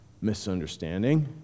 misunderstanding